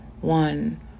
one